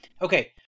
Okay